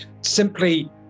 simply